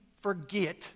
forget